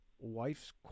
wife's